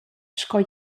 sco